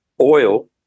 oil